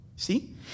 See